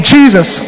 Jesus